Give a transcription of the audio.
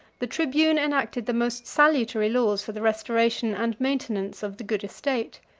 the tribune enacted the most salutary laws for the restoration and maintenance of the good estate.